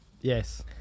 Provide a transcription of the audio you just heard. Yes